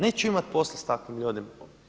Neću imat posla sa takvim ljudima.